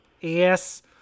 Yes